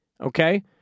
okay